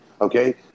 Okay